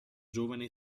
giovane